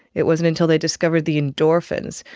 it wasn't until they discovered the endorphins.